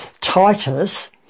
Titus